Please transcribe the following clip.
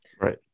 Right